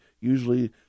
usually